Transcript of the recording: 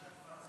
11 דקות